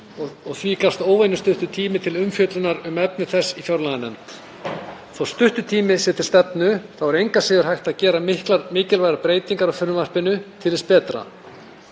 og því gafst óvenjustuttur tími til umfjöllunar um efni þess í fjárlaganefnd. Þó að stuttur tími sé til stefnu er engu að síður hægt að gera mikilvægar breytingar á frumvarpinu til hins betra.